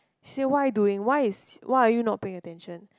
she say what are you doing why is why are you not paying attention